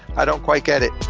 i don't quite get it.